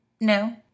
no